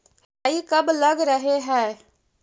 राई कब लग रहे है?